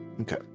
Okay